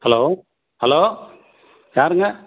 hello hello யாருங்க